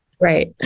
Right